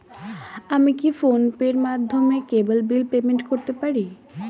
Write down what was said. আমি কি ফোন পের মাধ্যমে কেবল বিল পেমেন্ট করতে পারি?